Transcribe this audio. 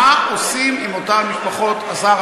מה עושים עם אותן משפחות, השר?